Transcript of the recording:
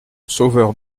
sauveur